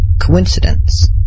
coincidence